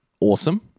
awesome